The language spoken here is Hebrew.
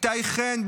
איתי חן,